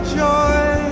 joy